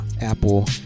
Apple